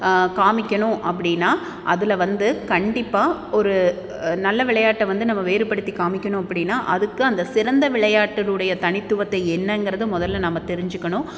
காமிக்கணும் அப்படின்னா அதில் வந்து கண்டிப்பாக ஒரு நல்ல விளையாட்டை வந்து நம்ம வேறுபடுத்தி காமிக்கணும் அப்படின்னா அதுக்கு அந்த சிறந்த விளையாட்டினுடைய தனித்துவத்தை என்னங்கிறது முதல்ல நம்ம தெரிஞ்சுக்கணும்